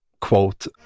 quote